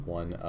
one